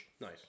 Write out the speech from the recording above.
Nice